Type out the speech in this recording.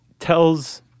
tells